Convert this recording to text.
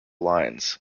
lines